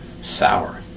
sour